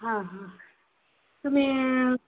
हां हां तुम्ही